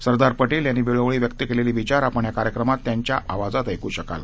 सरदार पटेल यांनी वेळोवेळी व्यक्त केलेले विचार आपण या कार्यक्रमात त्यांच्या आवाजात ऐकू शकाल